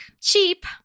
cheap